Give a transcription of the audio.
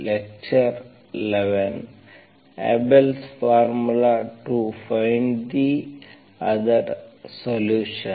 lecture 11 Abel's formula to find the other solution